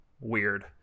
weird